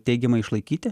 teigiamai išlaikyti